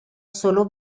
solo